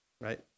right